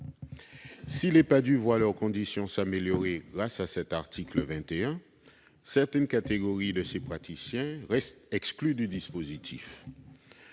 Si les Padhue voient leurs conditions s'améliorer grâce à l'article 21, certaines catégories de ces praticiens restent exclues du dispositif.